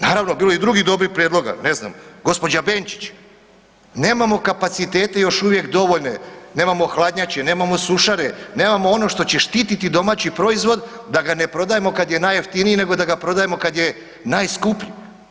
Naravno bilo je i drugih dobrih prijedloga, ne znam, gospođa Benčić, nemamo kapacitete još uvijek dovoljno, nemamo hladnjače, nemamo sušare, nemamo ono što će štititi domaći proizvod da ga ne prodajemo kada je najjeftiniji nego da ga prodajemo kada je najskuplji.